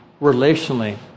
relationally